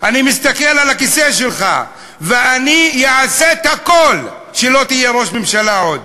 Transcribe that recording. אני מסתכל על הכיסא שלך ואני אעשה את הכול שלא תהיה ראש ממשלה עוד.